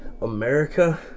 America